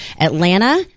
atlanta